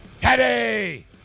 Teddy